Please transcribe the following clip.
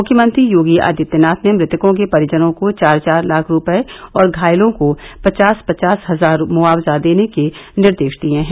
मुख्यमंत्री योगी आदित्यनाथ ने मृतकों के परिजनों को चार चार लाख रूपये और घायलों को पचास पचास हजार मुआवजा देने के निर्देश दिए हैं